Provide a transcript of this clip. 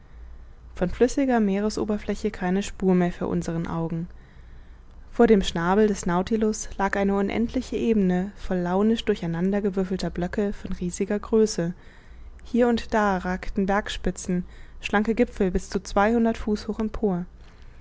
von flüssiger meeresoberfläche keine spur mehr vor unseren augen vor dem schnabel des nautilus lag eine unendliche ebene voll launisch durcheinander gewürfelter blöcke von riesiger größe hier und da ragten bergspitzen schlanke gipfel bis zu zweihundert fuß hoch empor